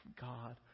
God